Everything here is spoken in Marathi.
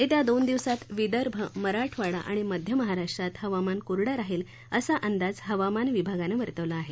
येत्या दोन दिवसात विदर्भ मराठवाडा आणि मध्य महाराष्ट्रात हवामान कोरडं राहिलं असा अंदाज हवामान विभागानं वर्तवला आहे